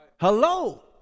Hello